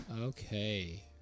Okay